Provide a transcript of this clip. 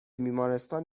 بیمارستان